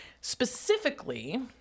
Specifically